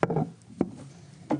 של הרל"י.